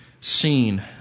seen